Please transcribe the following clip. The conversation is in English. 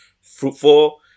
fruitful